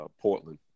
Portland